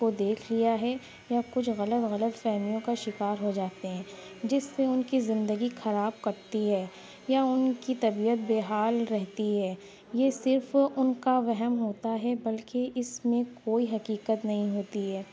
کو دیکھ لیا ہے یا کچھ غلط غلط فہمیوں کا شکار ہو جاتے ہیں جس سے ان کی زندگی خراب کرتی ہے یا ان کی طبیعت بےحال رہتی ہے یہ صرف ان کا وہم ہوتا ہے بلکہ اس میں کوئی حقیقت نہیں ہوتی ہے